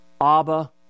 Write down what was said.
Abba